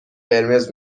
قرمز